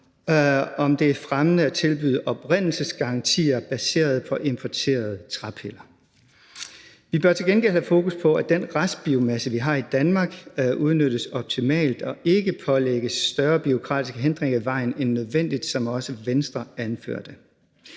om det er fremmende at tilbyde oprindelsesgarantier baseret på importerede træpiller. Vi bør til gengæld have fokus på, at den restbiomasse, vi har i Danmark, udnyttes optimalt og ikke lægges større bureaukratiske hindringer i vejen end nødvendigt, som også Venstre anførte.